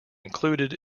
included